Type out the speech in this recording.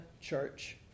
Church